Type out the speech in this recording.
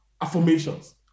affirmations